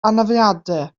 anafiadau